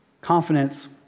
Confidence